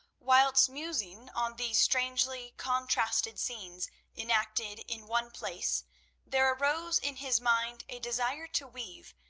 whilst musing on these strangely-contrasted scenes enacted in one place there arose in his mind a desire to weave,